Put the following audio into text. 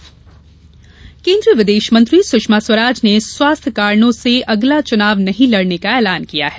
विदेश मंत्री केन्द्रीय विदेश मंत्री सुषमा स्वराज ने स्वास्थ्य कारणों से अगला चुनाव नहीं लड़ने का ऐलान किया है